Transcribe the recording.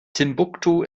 timbuktu